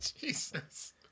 Jesus